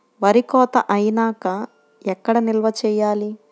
వరి కోత అయినాక ఎక్కడ నిల్వ చేయాలి?